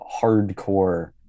hardcore